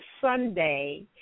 Sunday